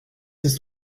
ist